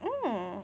hmm